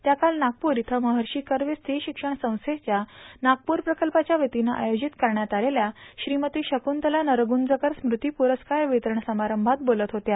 त्या काल नागपूर इथं महर्षी कर्वे स्त्री शिक्षण संस्थेच्या नागप्र प्रकल्पाच्या वतीनं आयोजित करण्यात आलेल्या श्रीमती शकुंतला नरगुंजकर स्मृती पुरस्कार वितरण समारंभात बोलत होत्या